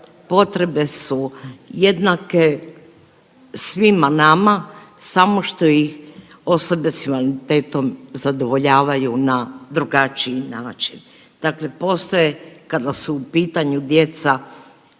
potrebe su jednake svima nama, samo što ih osobe s invaliditetom zadovoljavaju na drugačiji način. Dakle postoje, kada su u pitanju djeca,